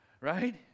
Right